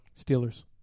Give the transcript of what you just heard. Steelers